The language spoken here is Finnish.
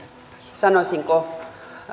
sanoisinko